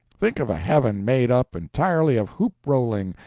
think of a heaven made up entirely of hoop-rolling,